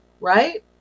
right